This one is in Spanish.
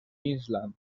island